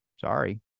Sorry